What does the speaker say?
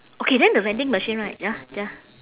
okay then the vending machine right ya ya